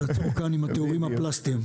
תעצור כאן עם התיאורים הפלסטיים.